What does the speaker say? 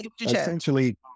essentially